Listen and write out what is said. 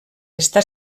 està